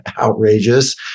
outrageous